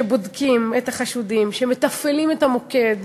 שבודקים את החשודים, שמתפעלים את המוקד,